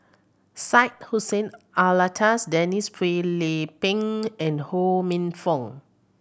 Syed Hussein Alatas Denise Phua Lay Peng and Ho Minfong